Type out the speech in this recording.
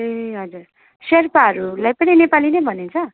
ए हजुर शेर्पाहरूलाई पनि नेपाली नै भनिन्छ